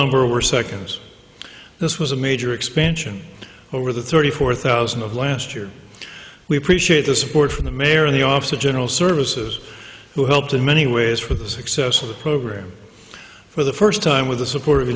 number were seconds this was a major expansion over the thirty four thousand of last year we appreciate the support from the mayor and the office of general services who helped in many ways for the success of the program for the first time with the support of